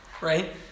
right